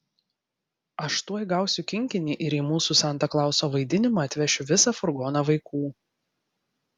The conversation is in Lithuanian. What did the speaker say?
aš tuoj gausiu kinkinį ir į mūsų santa klauso vaidinimą atvešiu visą furgoną vaikų